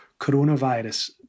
coronavirus